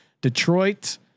Detroit